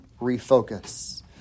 refocus